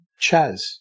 Chaz